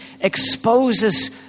exposes